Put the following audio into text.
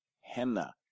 Henna